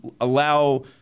allow